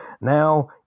Now